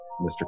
Mr